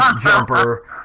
jumper